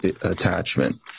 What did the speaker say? attachment